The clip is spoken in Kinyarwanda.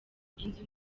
inzu